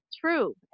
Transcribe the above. true